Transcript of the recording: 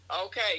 Okay